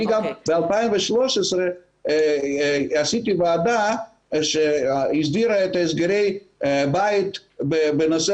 אני גם ב-2013 עשיתי ועדה שהסדירה את הסגרי הבית בנושא